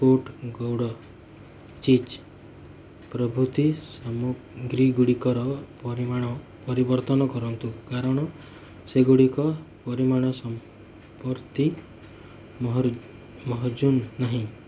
ସ୍କୁଟ୍ ଗୁଡ଼ ଚିଜ୍ ପ୍ରଭୁତି ସାମଗ୍ରୀଗୁଡ଼ିକର ପରିମାଣ ପରିବର୍ତ୍ତନ କରନ୍ତୁ କାରଣ ସେଗୁଡ଼ିକ ପରିମାଣ ସମ୍ପ୍ରତି ମହଜୁଦ ନାହିଁ